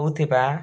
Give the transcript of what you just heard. ହେଉଥିବା